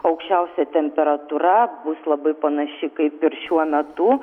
aukščiausia temperatūra bus labai panaši kaip ir šiuo metu